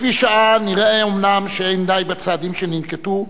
לפי שעה נראה אומנם שאין די בצעדים שננקטו,